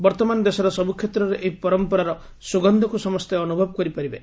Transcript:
ବର୍ତ୍ତମାନ ଦେଶର ସବୁକ୍ଷେତ୍ରରେ ଏହି ପରମ୍ପରାର ସୁଗକ୍ଷକୁ ସମସେ ଅନୁଭବ କରିପାରିବେ